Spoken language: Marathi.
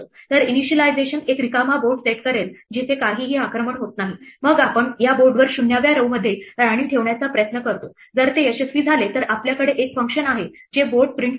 तर इनिशिएलायझेशन एक रिकामा बोर्ड सेट करेल जिथे काहीही आक्रमण होत नाही मग आपण या बोर्डवर 0व्या row मध्ये राणी ठेवण्याचा प्रयत्न करतो जर ते यशस्वी झाले तर आपल्याकडे एक फंक्शन आहे जे बोर्ड प्रिंट करते